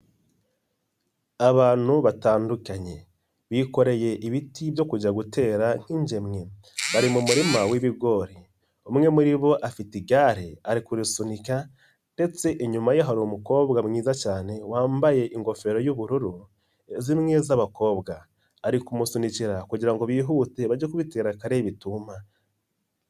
Abantu batandukanye bikoreye ibiti byo kujya gutera nk'ingemwe, bari mu murima wi'bigori, umwe muri bo afite igare arikusunika ndetse inyuma ye hari umukobwa mwiza cyane wambaye ingofero y'ubururu zimwe z'abakobwa, ari kumusunikira kugira ngo bihute bajye kubitera kare bituma.